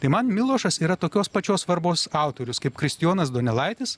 tai man milošas yra tokios pačios svarbos autorius kaip kristijonas donelaitis